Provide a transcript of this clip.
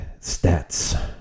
stats